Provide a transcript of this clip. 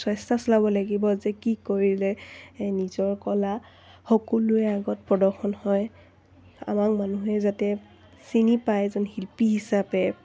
চেষ্টা চলাব লাগিব যে কি কৰিলে নিজৰ কলা সকলোৰে আগত প্ৰদৰ্শন হয় আমাক মানুহে যাতে চিনি পায় এজন শিল্পী হিচাপে